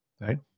Right